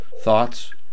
thoughts